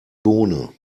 bohne